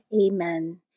Amen